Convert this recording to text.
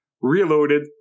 reloaded